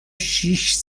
شیش